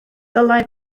dylai